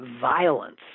violence